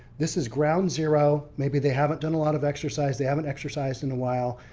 this is ground zero. maybe they haven't done a lot of exercise. they haven't exercised in a while.